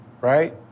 right